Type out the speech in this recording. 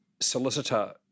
solicitor